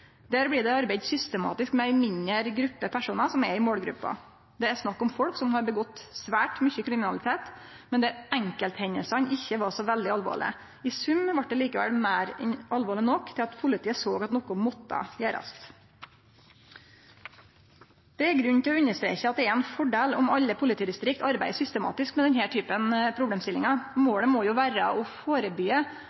Der blir det arbeidd systematisk med ei mindre gruppe personar som er i målgruppa. Det er snakk om folk som har gjort svært mykje kriminalitet, men der enkelthendingane ikkje var så veldig alvorlege. I sum vart det likevel meir enn alvorleg nok til at politiet såg at noko måtte gjerast. Det er grunn til å understreke at det er ein fordel om alle politidistrikt arbeider systematisk med denne typen problemstillingar. Målet må